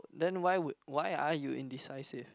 then why would why are you indecisive